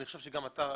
אני חושב שגם אתה,